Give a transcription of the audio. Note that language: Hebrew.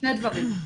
שני דברים.